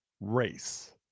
race